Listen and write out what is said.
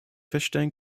feststellen